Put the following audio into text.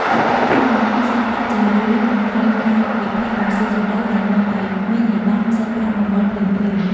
របាយការណ៍លំហូរសាច់ប្រាក់ជារឿយៗមិនត្រូវបានវិភាគឱ្យស៊ីជម្រៅ ដែលនាំឱ្យមានវិបត្តិសាច់ប្រាក់បង្វិលភ្លាមៗ។